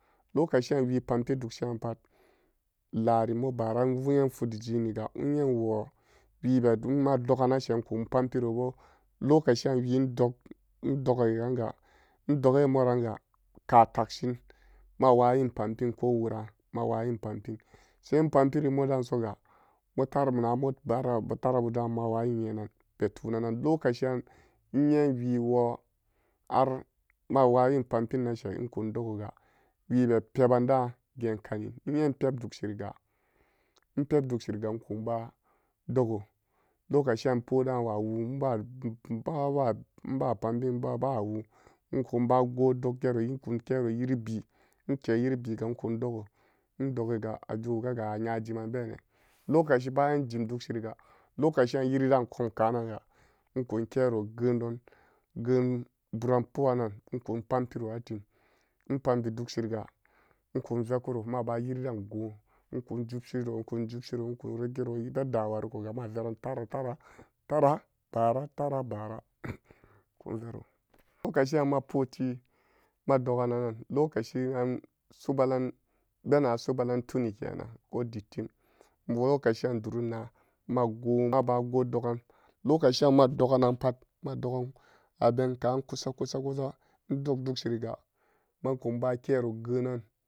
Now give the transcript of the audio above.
Lokaciyan wi pumpi dugshiran pa lari mo bara invet fudijiniga inye inwo wibe ma-madoganashe inku pampirobo lokaciyan widog indogiranga indoge moranga ka tukshin ma wayin pumpin ko wuran ma wayi pampin so in pumpiri modasoya motara na mo baara bu tara buda mawanyiyenan be tunanan lokaciyan inye wiwo harmawayin pampin nashe inku dugoga wibe pebanda ge kanin inye in peedukshiriga inpepdugshinga inkunba dogo lokaciyan poda wawu inba-mm-inbawu inba pampin inbu wun inkunba godg gero inkun kero nyiribi inkenyiribiga inkun dogo indogiya ajugukaga a nyajimanbene lokaci bayan jim dugshiriga lokaciyan nyiriden kom kananga inkunkero geundon geun duran po'an inkun pumpiro citi in pumpi dugshiriga inkun vekuro maba nyiridengo inkun jubshiro inkun jubshiro ikun regiro beda warikoga maveran taratara tara baara taara baara ikun vero lokaciyan mapoti madogunannan lokaciyan subalan bena subalan tunin kenan ko dittim bo-lokaciyan durinaa mago-mabagodogan lokaciyan madogananpat modogan abenka kusa kusa kusa indog dugshiriga ikuma kero geunnan.